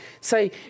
say